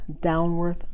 downward